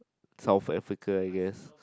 South Africa I guess